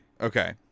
Okay